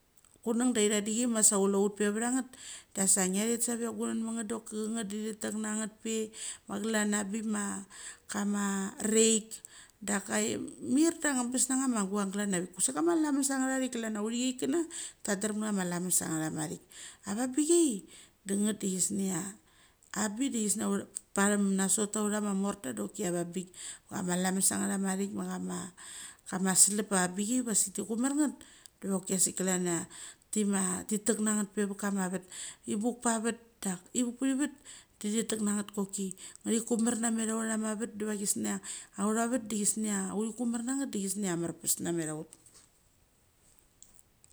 Kunga da ithadicae maga kuleut pa van get da sa ngeth save gunengmit nget. Deki nget da thi tek nanget pe, ma klan avik ma reke. Daka mir da angbest na chama gung lan avik. Kusek kama lamas anchathik klan. Authia kana tadrem nge chama lamas ancathik klan. Authimana tadrem nge chama lamas anchathik. da nget dekusingi cha patham nagot antha morla da kolci avungbik a ma lamas anchathik ma cha ma slep a vunbik vasik tekumar nget. Doaki a sik klan chia lima chi tek ngnet pe vat kama vat. Ivuk peveth da thitek nagnet koki. Thikimar mamet athama vet da va autha vat uthikumar nanget marpes namel autha.